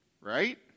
Right